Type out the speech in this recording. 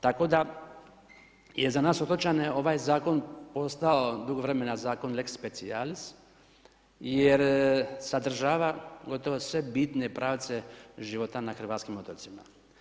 Tako da je za nas otočane, ovaj zakon postao dugo vremena Zakon lex specijalis, jer sadržava, gotovo sve bitne pravce života na hrvatskim otocima.